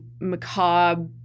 macabre